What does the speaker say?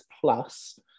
plus